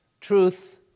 truth